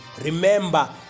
Remember